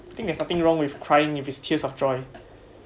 I think there is nothing wrong with crying if is tears of joy